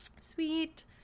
sweet